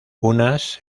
unas